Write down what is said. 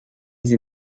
sie